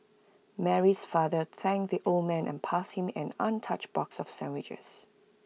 Mary's father thanked the old man and passed him an untouched box of sandwiches